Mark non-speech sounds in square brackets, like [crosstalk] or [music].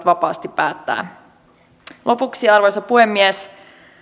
[unintelligible] vapaasti päättää lopuksi arvoisa puhemies